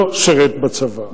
לא שירת בצבא.